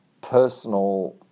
personal